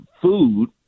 food